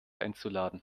einzuladen